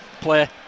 Play